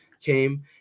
came